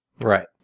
Right